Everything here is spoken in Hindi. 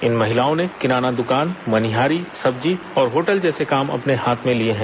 इन महिलाओं ने किराना दुकान मनिहारी सब्जी और होटल जैसे काम अपने हाथ में लिए हैं